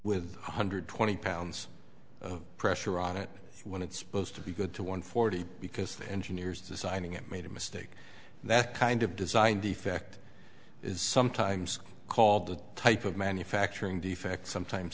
with one hundred twenty pounds of pressure on it when it's supposed to be good to one forty because the engineers designing it made a mistake that kind of design defect is sometimes called the type of manufacturing defect sometimes